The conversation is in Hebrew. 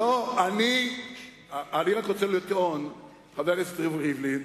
לא, אני רק רוצה לטעון, חבר הכנסת ריבלין,